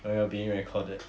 we are being recorded